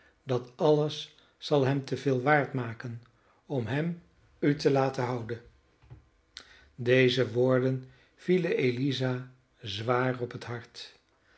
kind dat alles zal hem te veel waard maken om hem u te laten houden deze woorden vielen eliza zwaar op het hart